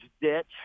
ditch